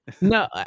No